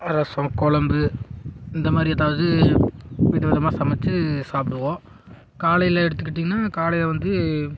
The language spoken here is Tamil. ரசம் கொழம்பு இந்த மாதிரி ஏதாவது வித விதமாக சமைச்சி சாப்பிடுவோம் காலையில் எடுத்துக்கிட்டிங்கன்னால் காலையில் வந்து